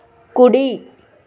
కుడి